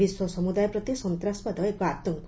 ବିଶ୍ୱ ସମୁଦାୟ ପ୍ରତି ସନ୍ତାସବାଦ ଏକ ଆତଙ୍କ